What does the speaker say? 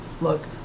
look